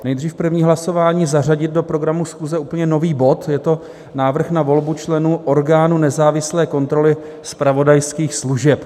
Nejdříve první hlasování zařadit do programu schůze úplně nový bod, je to návrh na volbu členů orgánu nezávislé kontroly zpravodajských služeb.